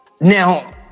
Now